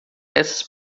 essas